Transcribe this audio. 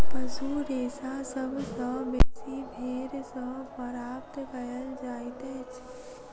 पशु रेशा सभ सॅ बेसी भेंड़ सॅ प्राप्त कयल जाइतअछि